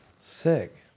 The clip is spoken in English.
sick